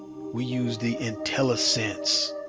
we used the intellisense,